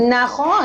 נכון.